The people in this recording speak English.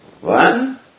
One